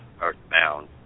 earthbound